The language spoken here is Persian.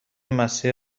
مسیر